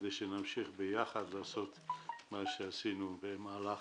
כדי שנמשיך ביחד לעשות מה שעשינו במהלך